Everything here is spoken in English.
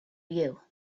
you